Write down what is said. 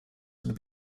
would